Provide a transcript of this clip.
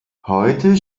heute